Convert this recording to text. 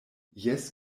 jes